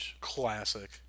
Classic